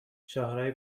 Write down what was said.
شاهراه